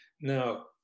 Now